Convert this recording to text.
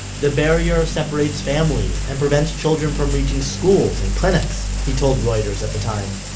the barrier separates families and prevents children from reaching schools and clinics, he told reuters at the time.